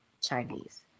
Chinese